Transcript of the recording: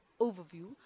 overview